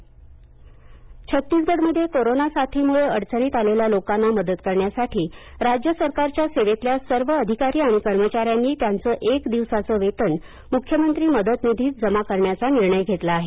मदत छत्तीसगड छत्तीसगडमध्ये कोरोनाच्या साथीमुळं अडचणीत आलेल्या लोकांना मदत करण्यासाठी राज्य सरकारच्या सेवेतल्या सर्व अधिकारी आणि कर्मचाऱ्यांनी त्यांचं एक दिवसाचं वेतन मुख्यमंत्री मदत निधीत जमा करण्याचा निर्णय घेतला आहे